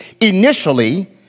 initially